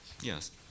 yes